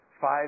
five